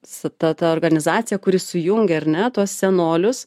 su ta ta organizacija kuri sujungia ar ne tuos senolius